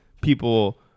people